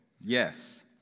Yes